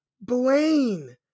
Blaine